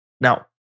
Now